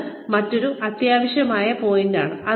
ഇത് മറ്റൊരു അത്യാവശ്യമായ പോയിന്റ് ആണ്